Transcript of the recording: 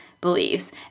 Beliefs